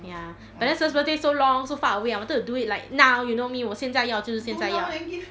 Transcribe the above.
ya but then sious birthday so long so far away I wanted to do it like now you know me 我现在要就是现在要